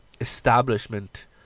establishment